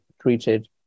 treated